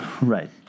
Right